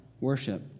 worship